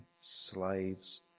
slaves